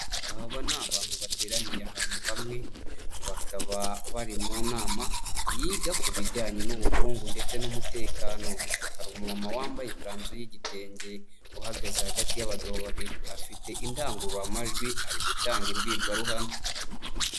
Aba ni abantu bateraniye ahantu hamwe bakaba bari mu nama yiga ku bijyanye n'ubukungu ndetse n'umutekano, kari umumama wambaye ikanzu y'igitenge uhagaze hagati y'abagabo babiri afite indangururamajwi ari gutanga imbwirwaruhame.